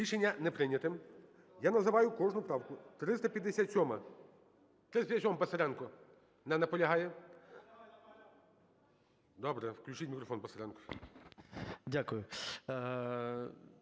Рішення не прийнято. Я називаю кожну правку. 357-а. 357-а, Писаренко. Не наполягає. Добре. Включіть мікрофон Писаренку.